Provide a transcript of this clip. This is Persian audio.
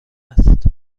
است